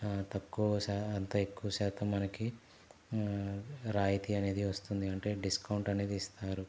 తక్కువ శా అంత ఎక్కువ శాతం మనకి రాయితీ అనేది వస్తుంది అంటే డిస్కౌంట్ అనేది ఇస్తారు